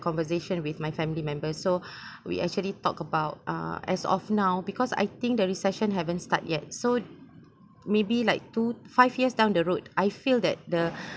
conversation with my family members so we actually talk about uh as of now because I think the recession haven't start yet so maybe like two five years down the road I feel that the